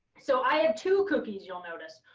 so i have two cookies you'll notice.